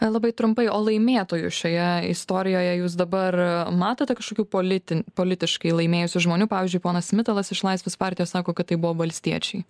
labai trumpai o laimėtojų šioje istorijoje jūs dabar matote kažkokių politin politiškai laimėjusių žmonių pavyzdžiui ponas mitalas iš laisvės partijos sako kad tai buvo valstiečiai